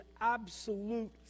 absolute